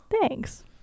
thanks